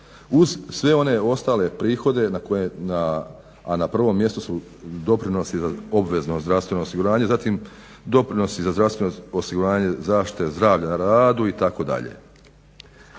uz sve one ostale prihode a na prvom mjestu su doprinosi obvezno zdravstveno osiguranje, zatim doprinosi za zdravstveno osiguranje zaštite zdravlja na radu itd.